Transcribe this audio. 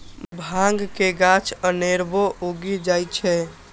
भांग के गाछ अनेरबो उगि जाइ छै